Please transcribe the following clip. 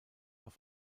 auf